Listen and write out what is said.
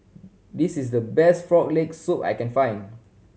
this is the best Frog Leg Soup I can find